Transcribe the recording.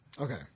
Okay